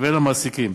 והן למעסיקים.